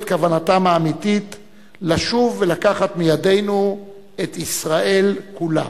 כוונתם האמיתית לשוב ולקחת מידינו את ישראל כולה,